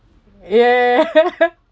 ya